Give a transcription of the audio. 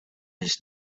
his